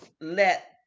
let